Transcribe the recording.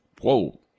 whoa